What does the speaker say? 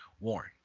Warren